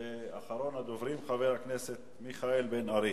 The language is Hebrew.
ואחרון הדוברים - חבר הכנסת מיכאל בן-ארי.